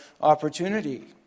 opportunity